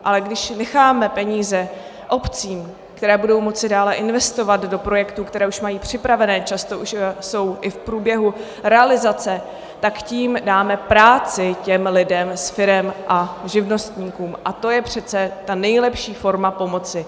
Ale když necháme peníze obcím, které budou moci dále investovat do projektů, které už mají připravené, často už jsou i v průběhu realizace, tak tím dáme práci těm lidem z firem a živnostníkům a to je přece ta nejlepší forma pomoci.